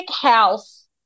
house